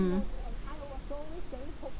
mm